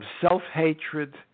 self-hatred